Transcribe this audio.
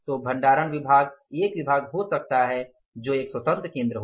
तो भंडारण विभाग एक विभाग हो सकता है जो एक स्वतंत्र केंद्र हो